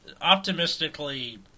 optimistically